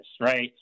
right